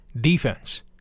defense